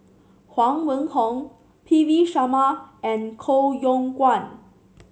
Huang Wenhong P V Sharma and Koh Yong Guan